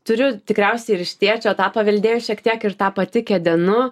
turiu tikriausiai ir iš tėčio tą paveldėjus šiek tiek ir tą pati kedenu